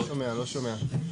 כן.